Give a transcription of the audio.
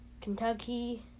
Kentucky